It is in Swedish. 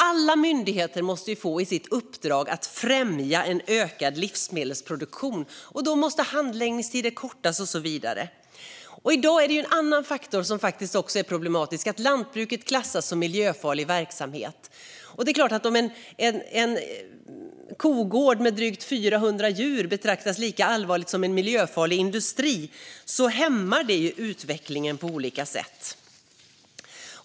Alla myndigheter måste få i sitt uppdrag att främja en ökad livsmedelsproduktion. Då måste handläggningstider kortas, och så vidare. I dag är det en annan faktor som också är problematisk: att lantbruket klassas som miljöfarlig verksamhet. Det är klart att om en kogård med drygt 400 djur betraktas som lika problematisk som en miljöfarlig industri hämmar det utvecklingen på olika sätt.